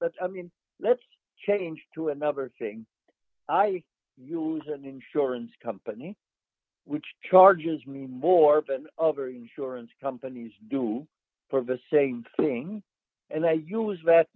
but i mean let's change to another thing i use an insurance company which charges me more than other insurance companies do for the same thing and i use that